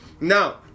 Now